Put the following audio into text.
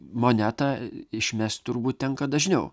monetą išmest turbūt tenka dažniau